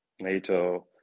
NATO